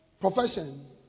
profession